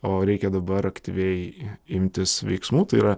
o reikia dabar aktyviai imtis veiksmų tai yra